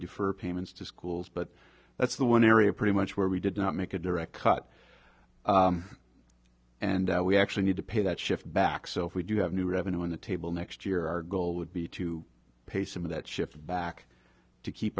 defer payments to schools but that's the one area pretty much where we did not make a direct cut and we actually need to pay that shift back so if we do have new revenue on the table next year our goal would be to pay some of that shift back to keep